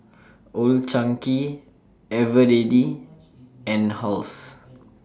Old Chang Kee Eveready and House